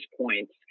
points